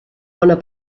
bona